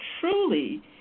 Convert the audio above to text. truly